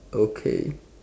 okay